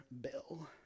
bill